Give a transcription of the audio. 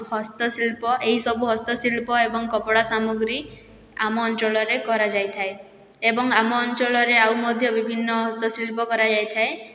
ହସ୍ତଶିଳ୍ପ ଏଇସବୁ ହସ୍ତଶିଳ୍ପଏବଂ କପଡ଼ା ସାମଗ୍ରୀ ଆମ ଅଞ୍ଚଳରେ କରାଯାଇଥାଏ ଏବଂ ଆମ ଅଞ୍ଚଳରେ ଆଉ ମଧ୍ୟ ବିଭିନ୍ନ ହସ୍ତଶିଳ୍ପ କରାଯାଇଥାଏ